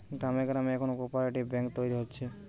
গ্রামে গ্রামে এখন কোপরেটিভ বেঙ্ক তৈরী হচ্ছে